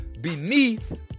beneath